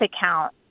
account